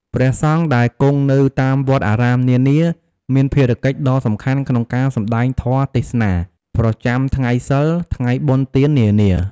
ព្រះសង្ឃដែលគង់នៅតាមវត្តអារាមនានា មានភារកិច្ចដ៏សំខាន់ក្នុងការ សំដែងធម៌ទេសនា ប្រចាំថ្ងៃសីល ថ្ងៃបុណ្យទាននានា។